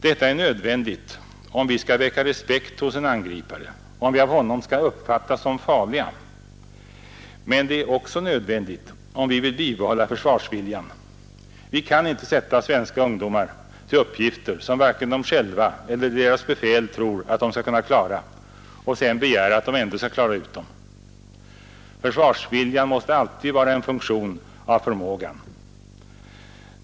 Detta är nödvändigt om vi skall väcka respekt hos en angripare, att vi av honom skall uppfattas som farliga men det är också nödvändigt om vi vill bibehålla försvarsviljan. Vi kan inte sätta svenska ungdomar till uppgifter som vare sig de själva eller deras befäl tror att de skall kunna klara och sedan begära att de ändå skall fullgöra dem. Försvarsviljan måste alltid vara en funktion av förmågan.